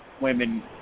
women